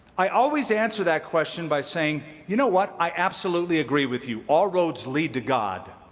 i always answer that question by saying, you know what? i absolutely agree with you all roads lead to god.